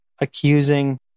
accusing